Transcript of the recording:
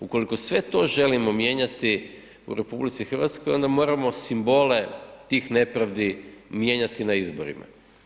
Ukoliko sve to želimo mijenjati u RH onda moramo simbole tih nepravdi mijenjati na izborima.